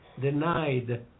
denied